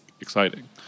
exciting